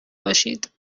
باشید